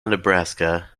nebraska